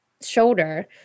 shoulder